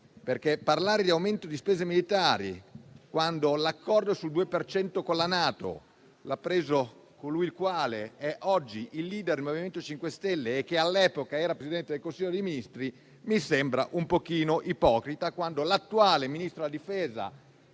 Governo. Parlare di aumento di spese militari quando l'accordo sul 2 per cento con la NATO l'ha preso colui che oggi è *leader* del MoVimento 5 Stelle e che all'epoca era Presidente del Consiglio dei ministri mi sembra un pochino ipocrita, quando l'attuale Ministro della difesa,